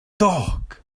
talk